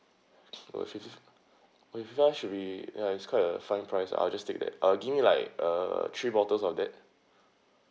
forty five should be ya is quite a fine price I'll just take that I'll give me like uh three bottles of that